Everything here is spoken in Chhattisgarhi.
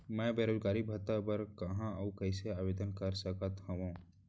मैं बेरोजगारी भत्ता बर कहाँ अऊ कइसे आवेदन कर सकत हओं?